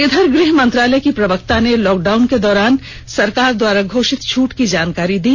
इधर गृह मंत्रालय की प्रवक्ता ने लॉकडाउन के दौरान सरकार द्वारा घोषित छूट की जानकारी दी